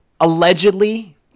allegedly